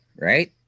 right